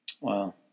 Wow